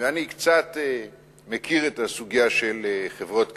ואני קצת מכיר את הסוגיה של חברות קדישא,